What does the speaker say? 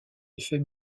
effet